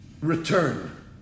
return